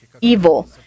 evil